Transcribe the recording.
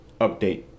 update